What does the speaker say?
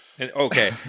Okay